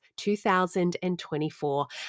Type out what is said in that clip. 2024